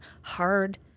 hard